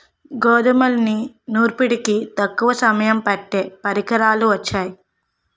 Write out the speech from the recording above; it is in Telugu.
గోధుమల్ని నూర్పిడికి తక్కువ సమయం పట్టే పరికరాలు వొచ్చాయి